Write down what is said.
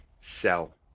sell